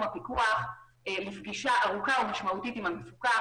הפיקוח לפגישה ארוכה ומשמעותית עם המפוקח.